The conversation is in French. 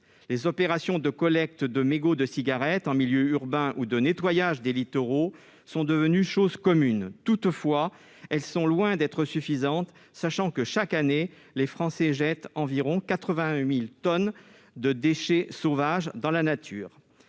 Les opérations de collecte de mégots de cigarettes en milieu urbain ou de nettoyage des littoraux sont devenues choses communes. Toutefois, celles-ci sont loin d'être suffisantes, sachant que, chaque année, les Français jettent environ 81 000 tonnes de déchets sauvages dans la nature.